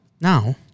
Now